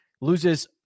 Loses